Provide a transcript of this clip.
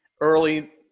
early